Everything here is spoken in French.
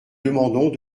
demandons